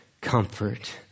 comfort